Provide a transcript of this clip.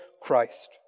Christ